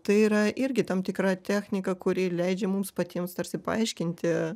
tai yra irgi tam tikra technika kuri leidžia mums patiems tarsi paaiškinti